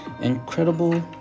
incredible